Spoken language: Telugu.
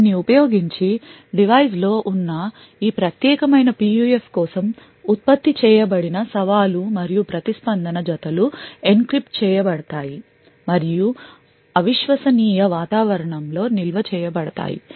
దీన్ని ఉపయోగించి డివైస్ లో ఉన్న ఈ ప్రత్యేకమైన PUF కోసం ఉత్పత్తి చేయబడిన సవాలు మరియు ప్రతిస్పందన జతలు encrypt చేయ బడతాయి మరియు అ విశ్వసనీయ వాతావరణంలో నిల్వ చేయబడతాయి